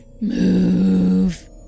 Move